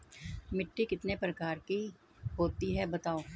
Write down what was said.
मिट्टी कितने प्रकार की होती हैं बताओ?